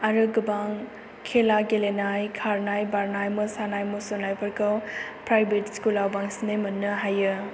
आरो गोबां खेला गेलेनाय खारनाय बारनाय मोसानाय मुसुरनायफोरखौ प्राइभेट स्कुलाव बांसिनै मोननो हायो